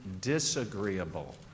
disagreeable